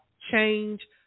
change